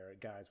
guys